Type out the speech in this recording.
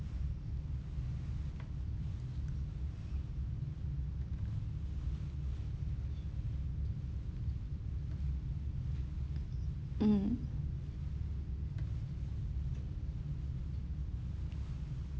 mm